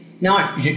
No